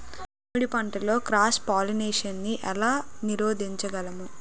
మామిడి పంటలో cross pollination నీ ఏల నీరోధించగలము?